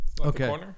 Okay